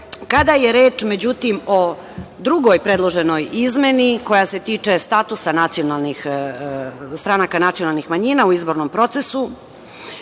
je reč, međutim, o drugoj predloženoj izmeni koja se tiče statusa stranaka nacionalnih manjina u izbornom procesu,